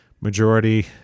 majority